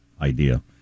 idea